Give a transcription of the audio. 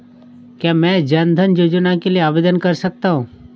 क्या मैं जन धन योजना के लिए आवेदन कर सकता हूँ?